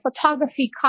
photography